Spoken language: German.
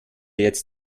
jetzt